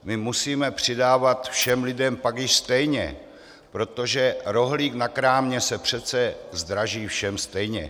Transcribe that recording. My musíme přidávat všem lidem pak už stejně, protože rohlík na krámě se přece zdraží všem stejně.